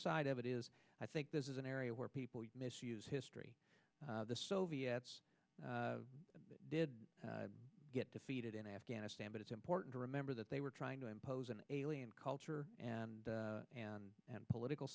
of it is i think this is an area where people misuse history the soviets did get defeated in afghanistan but it's important to remember that they were trying to impose an alien culture and and political